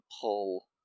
pull